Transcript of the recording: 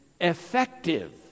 effective